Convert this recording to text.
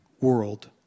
world